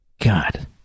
God